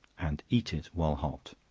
and eat it while hot.